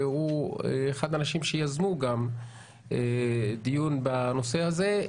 והוא אחד האנשים שיזמו דיון בנושא הזה.